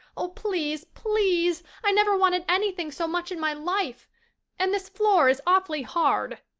oh, please, please! i never wanted anything so much in my life and this floor is awfully hard.